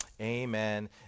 amen